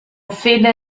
fede